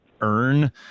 earn